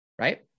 right